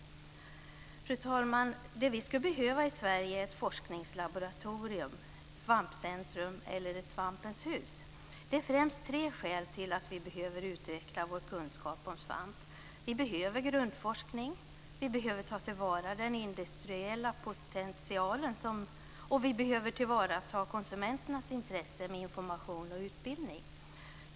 Fru talman! Det vi skulle behöva i Sverige är ett forskningslaboratorium, ett svampcentrum eller ett svampens hus. Det är främst tre skäl till att vi behöver utveckla vår kunskap om svamp. Vi behöver grundforskning. Vi behöver ta till vara den industriella potentialen. Vi behöver tillgodose konsumenternas intresse av information och utbildning.